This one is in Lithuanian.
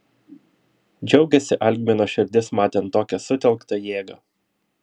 džiaugiasi algmino širdis matant tokią sutelktą jėgą